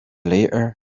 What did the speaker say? later